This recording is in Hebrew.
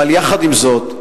ועם זאת,